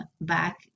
back